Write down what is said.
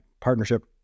partnership